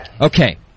Okay